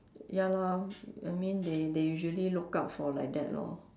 ya lor I mean they they usually look out for like that lor